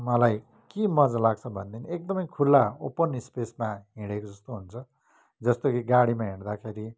मलाई के मज्जा लाग्छ भनेदेखि एकदमै खुल्ला ओपन स्पेसमा हिँडेको जस्तो हुन्छ जस्तो कि गाडीमा हिँड्दाखेरि